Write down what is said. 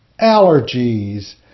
allergies